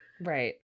Right